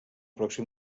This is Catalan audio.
pròxim